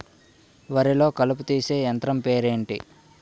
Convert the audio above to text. వరి లొ కలుపు తీసే యంత్రం పేరు ఎంటి?